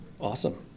Awesome